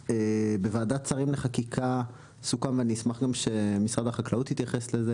בוועדת שרים לחקיקה סוכם ואני אשמח שגם משרד החקלאות יתייחס לזה